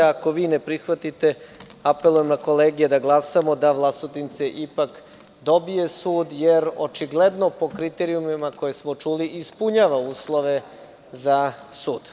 Ako vi ne prihvatite, apelujem na kolege da glasamo da Vlasotince ipak dobije sud, jer očigledno po kriterijumima koje smo čuli ispunjava uslove za sud.